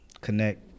connect